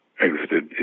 exited